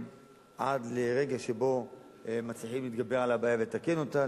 עד לרגע שבו מצליחים להתגבר על הבעיה ולתקן אותה.